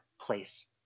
Place